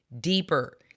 deeper